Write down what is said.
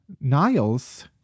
Niles